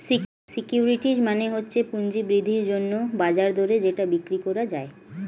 securities মানে হচ্ছে পুঁজি বৃদ্ধির জন্যে বাজার দরে যেটা বিক্রি করা যায়